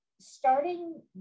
starting